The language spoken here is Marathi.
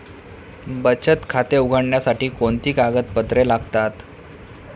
बचत खाते उघडण्यासाठी कोणती कागदपत्रे लागतात?